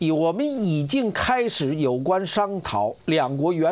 me yeah well you